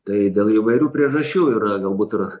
tai dėl įvairių priežasčių yra galbūt